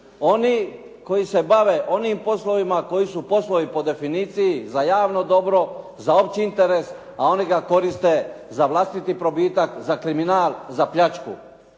oni koji se bave onim poslovima koji su poslovi po definiciji za javno dobro, za opći interes, a oni ga koriste za vlastiti probitak, za kriminal, za pljačku.